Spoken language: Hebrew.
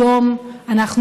היום אנחנו